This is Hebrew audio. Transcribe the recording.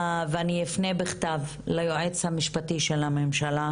ואני אפנה בכתב ליועץ המשפטי של הממשלה